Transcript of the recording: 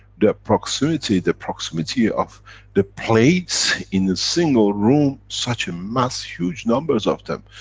the proximity, the proximity of the plates, in a single room, such a mass, huge numbers of them,